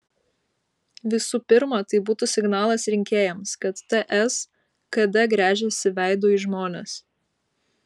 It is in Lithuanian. visų pirma tai būtų signalas rinkėjams kad ts kd gręžiasi veidu į žmones